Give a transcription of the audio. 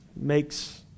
makes